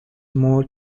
more